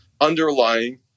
underlying